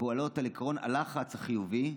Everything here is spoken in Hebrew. הפועלות על עקרון הלחץ החיובי,